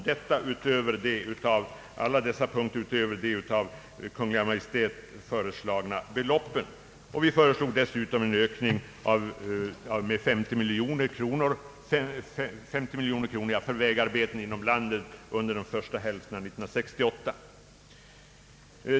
På samtliga dessa punkter avsåg förslagen uppräkningar i förhållande till de av Kungl. Maj:t föreslagna beloppen. Vi föreslog dessutom en ökning med 50 miljoner kronor för vägarbeten inom landet under första halvåret 1968.